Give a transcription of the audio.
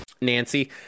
Nancy